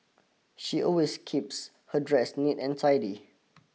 she always keeps her dress neat and tidy